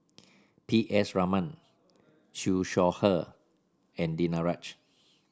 P S Raman Siew Shaw Her and Danaraj